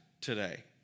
today